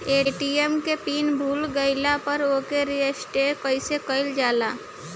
ATM PIN भूल गईल पर ओके रीसेट कइसे कइल जाला?